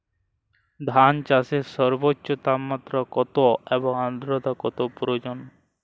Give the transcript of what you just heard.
ধান চাষে সর্বোচ্চ তাপমাত্রা কত এবং আর্দ্রতা কত প্রয়োজন?